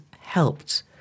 helped